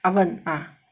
oven ah